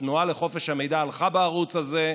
התנועה לחופש המידע הלכה בערוץ הזה,